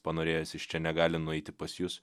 panorėjęs iš čia negali nueiti pas jus